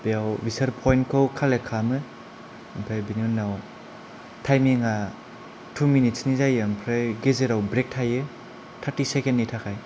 बेयाव बिसोर पइन्टखौ कालेक्ट खालामो ओमफ्राय बिनि उनाव टाइमिङा टु मिनिटसनि जायो ओमफ्राय गेजेराव ब्रेक थायो थार्टि सेकेन्डनि थाखाय